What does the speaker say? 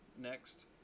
next